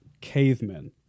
cavemen